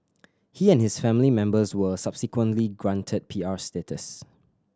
he and his family members were subsequently granted P R status